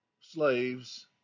slaves